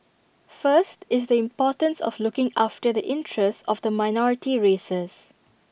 first is the importance of looking after the interest of the minority races